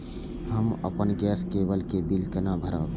हम अपन गैस केवल के बिल केना भरब?